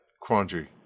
quandary